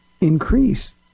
increase